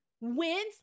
wins